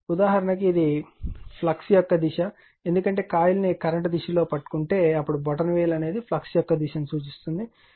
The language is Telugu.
ఉదాహరణకు ఇది ఫ్లక్స్ యొక్క దిశ ఎందుకంటే కాయిల్ ను కరెంట్ దిశలో పట్టుకుంటే అప్పుడు బొటనవేలు అనేది ఫ్లక్స్ యొక్క దిశ ను సూచిస్తుంది